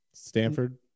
stanford